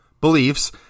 beliefs